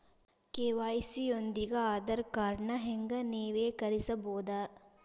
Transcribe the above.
KYC ಯೊಂದಿಗ ಆಧಾರ್ ಕಾರ್ಡ್ನ ಹೆಂಗ ನವೇಕರಿಸಬೋದ